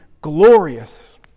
glorious